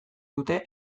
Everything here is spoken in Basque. dute